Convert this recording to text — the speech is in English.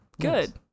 Good